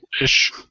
ish